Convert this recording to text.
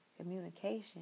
Communication